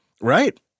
Right